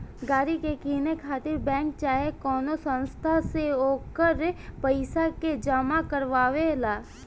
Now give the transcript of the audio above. गाड़ी के किने खातिर बैंक चाहे कवनो संस्था से ओकर पइसा के जामा करवावे ला